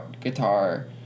guitar